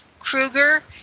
Kruger